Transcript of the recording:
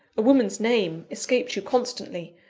a woman's name escaped you constantly,